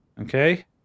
Okay